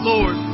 Lord